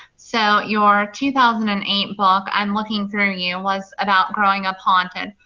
so, your two thousand and eight book, i'm looking through you, was about growing up haunted.